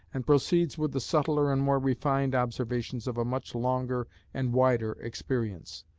and proceeds with the subtler and more refined observations of a much longer and wider experience.